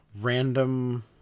random